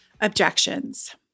objections